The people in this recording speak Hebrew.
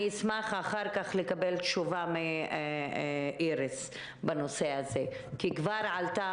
אני אשמח אחר כך לקבל מאיריס תשובה בנושא הזה כי כבר עלתה